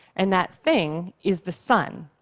and that thing is the sun.